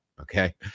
Okay